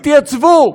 התייצבו,